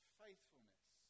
faithfulness